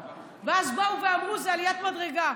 איזה עליית מדרגה?